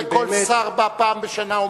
בשביל זה כל שר בא פעם בשנה,